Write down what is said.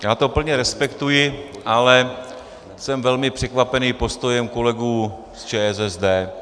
Já to plně respektuji, ale jsem velmi překvapen postojem kolegů z ČSSD.